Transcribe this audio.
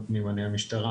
מנהל חטיבת פיקוח